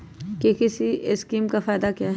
KCC scheme का फायदा क्या है?